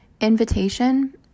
Invitation